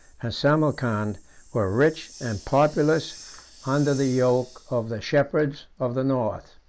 and samarcand were rich and populous under the yoke of the shepherds of the north.